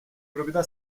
proprietà